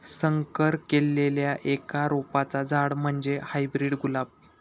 संकर केल्लल्या एका रोपाचा झाड म्हणजे हायब्रीड गुलाब